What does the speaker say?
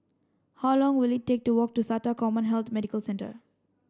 how long will it take to walk to SATA CommHealth Medical Centre